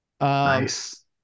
Nice